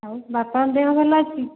ଆଉ ବାପାଙ୍କ ଦେହ ଭଲ ଅଛି